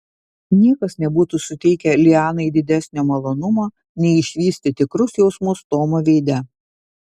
niekas nebūtų suteikę lianai didesnio malonumo nei išvysti tikrus jausmus tomo veide